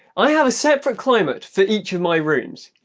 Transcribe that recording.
i have a separate climate for each of my rooms.